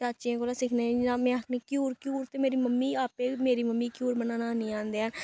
चाचियें कोला सिक्खने जि'यां में आखनी घ्यूर घ्यूर ते मेरी मम्मी आपे मेरी मम्मी गी घ्यूर बनाना हैनी औंदे हैन